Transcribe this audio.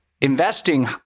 investing